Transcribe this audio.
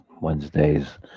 wednesdays